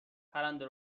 پرنده